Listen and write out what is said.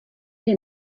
wir